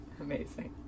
amazing